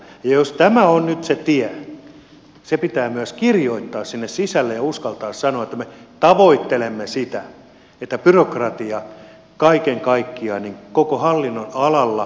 ja jos tämä on nyt se tie se pitää myös kirjoittaa sinne sisälle ja uskaltaa sanoa että me tavoittelemme sitä että byrokratia kaiken kaikkiaan koko hallinnonalalla järjestyy